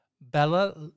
Bella